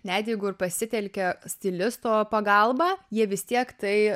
net jeigu ir pasitelkia stilisto pagalbą jie vis tiek tai